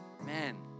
man